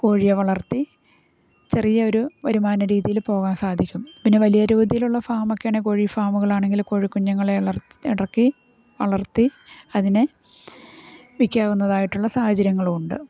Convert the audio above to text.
കോഴിയെ വളർത്തി ചെറിയ ഒരു വരുമാന രീതിയിൽ പോകാൻ സാധിക്കും പിന്നെ വലിയ രീതിയിലുള്ള ഫാമൊക്കെ ആണെ കോഴി ഫാമുകളാണെങ്കിൽ കോഴിക്കുഞ്ഞുങ്ങളെ ഇറക്കി വളർത്തി അതിനെ വിൽക്കാവുന്നതായിട്ടുള്ള സാഹചര്യങ്ങളുണ്ട്